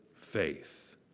faith